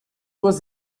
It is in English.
was